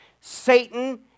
Satan